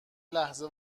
لحظه